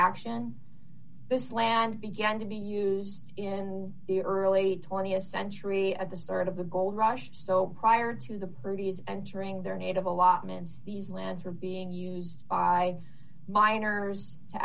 action this land began to be used in the early th century at the start of the gold rush so prior to the previous entering their native allotments these lands were being used by miners to